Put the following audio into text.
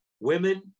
women